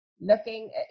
looking